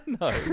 No